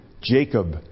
Jacob